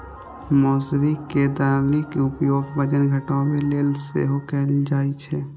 मौसरी के दालिक उपयोग वजन घटाबै लेल सेहो कैल जाइ छै